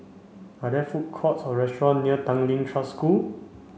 are there food courts or restaurant near Tanglin Trust School